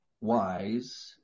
wise